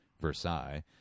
Versailles